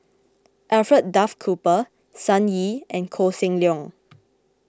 Alfred Duff Cooper Sun Yee and Koh Seng Leong